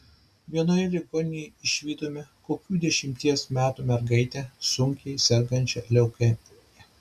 vienoje ligoninėje išvydome kokių dešimties metų mergaitę sunkiai sergančią leukemija